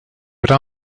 would